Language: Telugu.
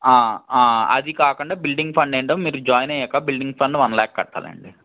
అది కాకుండా బిల్డింగ్ ఫండ్ ఏంటో మీరు జాయిన్ అయ్యాక బిల్డింగ్ ఫండ్ వన్ ల్యాక్ కట్టాలండి